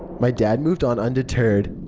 my dad moved on undeterred.